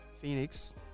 Phoenix